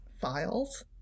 files